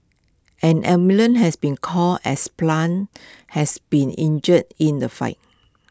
an ambulance has been called as plant has been injured in the fight